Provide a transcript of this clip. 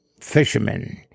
fishermen